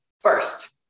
first